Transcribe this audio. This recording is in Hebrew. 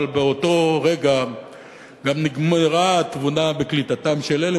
אבל באותו רגע גם נגמרה התבונה בקליטתם של אלה,